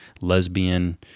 lesbian